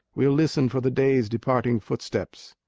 we'll listen for the day's departing footsteps.